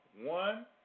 one